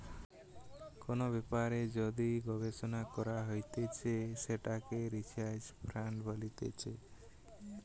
কোন ব্যাপারে যদি গবেষণা করা হতিছে সেটাকে রিসার্চ ফান্ড বলতিছে